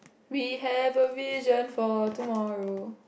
we have a vision for tomorrow